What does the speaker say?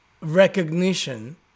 recognition